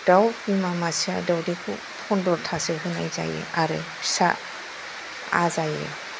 दाव बिमा मासेया दावदैखौ पन्द्र'थासो होनाय जायो आरो फिसा आजायो